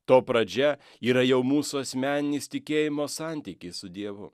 to pradžia yra jau mūsų asmeninis tikėjimo santykis su dievu